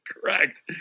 Correct